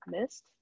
missed